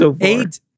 eight